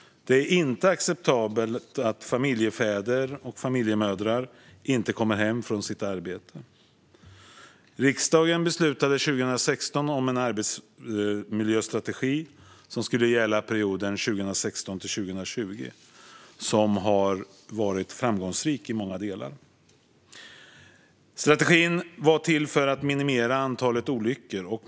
Det är inte acceptabelt att familjefäder och familjemödrar inte kommer hem från sina arbeten. Riksdagen beslutade 2016 om en arbetsmiljöstrategi som skulle gälla perioden 2016-2020. Den har varit framgångsrik i många delar. Strategin var till för att minimera antalet olyckor.